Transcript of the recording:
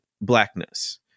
Blackness